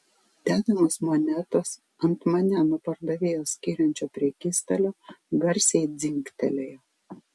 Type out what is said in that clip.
dedamos monetos ant mane nuo pardavėjo skiriančio prekystalio garsiai dzingtelėjo